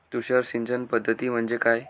तुषार सिंचन पद्धती म्हणजे काय?